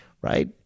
right